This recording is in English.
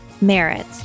Merit